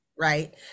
Right